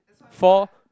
for